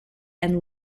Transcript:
and